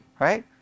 Right